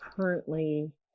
currently